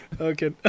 Okay